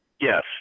Yes